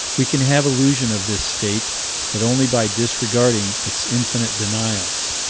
we can have illusion of this state but only by disregarding its infinite denials.